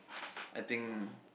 I think